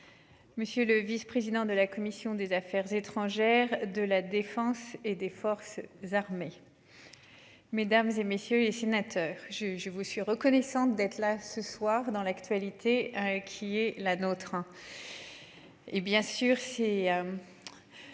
Monsieur le vice-président de la commission des affaires étrangères de la Défense et des forces armées. Mesdames, et messieurs les sénateurs, je je vous suis reconnaissante d'être là ce soir. Dans l'actualité qui est la nôtre. Et bien sûr c'est.